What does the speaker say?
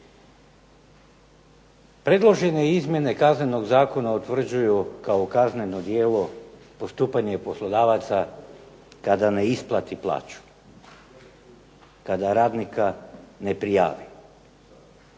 Predložene izmjene Kaznenog zakona utvrđuju kao kazneno djelo postupanje poslodavaca kada ne isplati plaću, kada radnika ne prijavi.